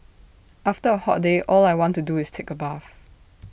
after A hot day all I want to do is take A bath